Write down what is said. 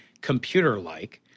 computer-like